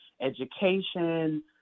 education